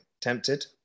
Tempted